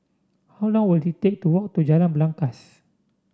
how long will it take to walk to Jalan Belangkas